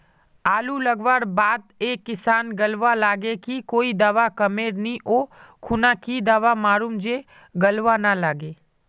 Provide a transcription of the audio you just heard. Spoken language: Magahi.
आलू लगवार बात ए किसम गलवा लागे की कोई दावा कमेर नि ओ खुना की दावा मारूम जे गलवा ना लागे?